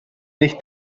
nicht